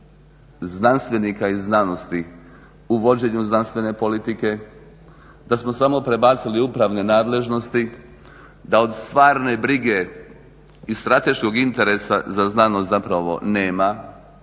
znanstvenika i znanosti u vođenju znanstvene politike, da smo samo prebacili upravne nadležnosti, da od stvarne brige i strateškog interesa za znanost nema,